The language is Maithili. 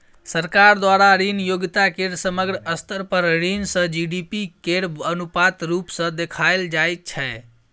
सरकार द्वारा ऋण योग्यता केर समग्र स्तर पर ऋण सँ जी.डी.पी केर अनुपात रुप सँ देखाएल जाइ छै